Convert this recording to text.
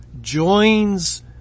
joins